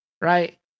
Right